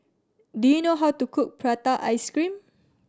do you know how to cook prata ice cream